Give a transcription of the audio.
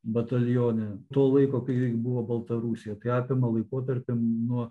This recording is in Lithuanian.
batalione to laiko kai buvo baltarusija tai apima laikotarpį nuo